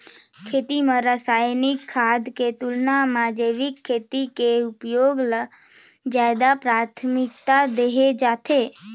खेती म रसायनिक खाद के तुलना म जैविक खेती के उपयोग ल ज्यादा प्राथमिकता देहे जाथे